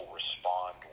respond